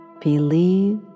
believe